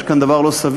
יש כאן דבר לא סביר,